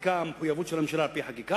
מחויבות של הממשלה על-פי החקיקה,